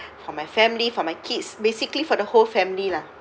for my family for my kids basically for the whole family lah